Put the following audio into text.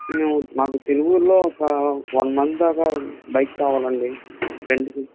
మేము మాకు తిరువూర్లో ఒక వన్ మంత్ దాకా బైక్ కావాలండి రెంట్కి